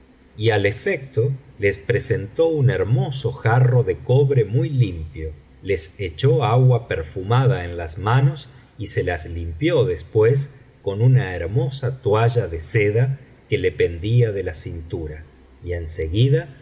y al efecto les presentó un hermoso jarro de cobre muy limpio les echó agua perfumada en las manos y se las limpió después con una hermosa toalla de seda que le pendía de la cintura y en seguida